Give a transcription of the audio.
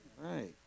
right